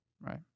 right